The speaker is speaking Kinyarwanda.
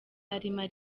arimo